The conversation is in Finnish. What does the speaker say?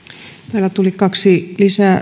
täällä tuli kaksi